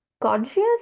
conscious